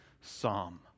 psalm